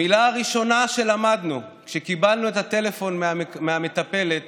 המילה הראשונה שלמדנו כשקיבלנו את הטלפון מהמטפלת